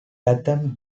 latham